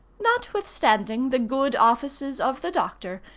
notwithstanding the good offices of the doctor,